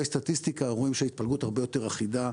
סטטיסטיקה רואים שההתפלגות הרבה יותר אחידה.